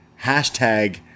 hashtag